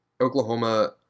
Oklahoma